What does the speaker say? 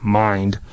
mind